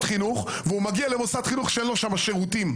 החינוך והוא מגיע למוסד חינוך שאין לו שם שירותים,